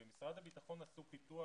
במשרד הביטחון עשו פיתוח